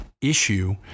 issue